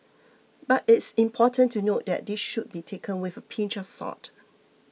but it's important to note that this should be taken with a pinch of salt